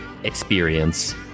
experience